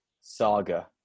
saga